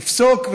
יפסוק,